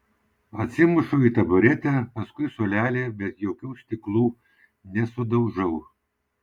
atsimušu į taburetę paskui suolelį bet jokių stiklų nesudaužau